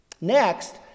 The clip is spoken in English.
Next